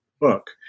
book